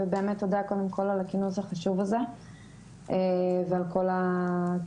ובאמת תודה על הכינוס החשוב הזה ועל כל הכינוסים